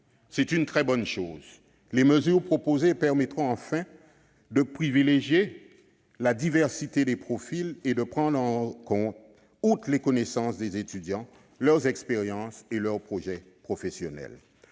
C'est une très bonne chose. Les mesures proposées permettront par ailleurs de privilégier la diversité des profils et de prendre en compte, outre les connaissances des étudiants, leurs expériences et leur projet professionnel.